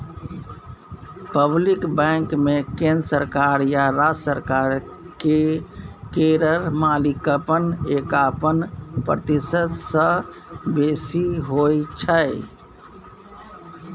public बैंकमे केंद्र सरकार या राज्य सरकार केर मालिकपन एकाबन प्रतिशत सँ बेसी होइ छै